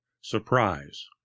surprise